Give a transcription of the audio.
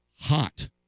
hot